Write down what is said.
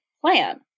plan